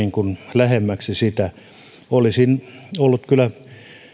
lähemmäksi olisin ollut kyllä